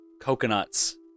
coconuts